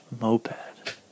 Moped